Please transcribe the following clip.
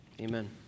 Amen